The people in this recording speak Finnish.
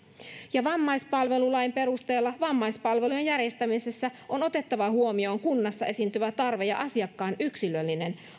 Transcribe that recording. ja vammaispalvelulain perusteella vammaispalvelujen järjestämisessä on otettava huomioon kunnassa esiintyvä tarve ja asiakkaan yksilöllinen